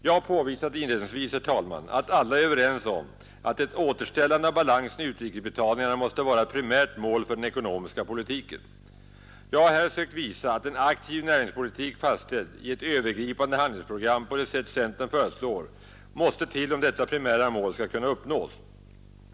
Jag påvisade inledningsvis att alla är överens om att ett återställande av balansen i utrikesbetalningarna måste vara ett primärt mål för den ekonomiska politiken. Jag har här sökt visa att en aktiv näringspolitik, fastställd i ett övergripande handlingsprogram på det sätt centern föreslår, måste till om detta primära mål skall kunna uppnås.